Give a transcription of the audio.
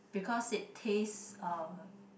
because it taste uh